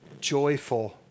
joyful